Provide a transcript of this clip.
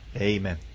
Amen